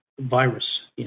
virus